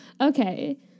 okay